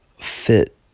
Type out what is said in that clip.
fit